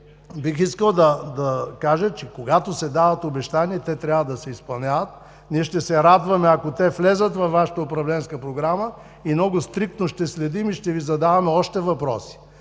Искам да кажа, че когато се дават обещания, те трябва да се изпълняват. Ще се радваме, ако те влязат във Вашата управленска програма, много стриктно ще следим и ще Ви задаваме още въпроси,